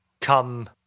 come